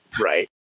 right